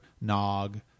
Nog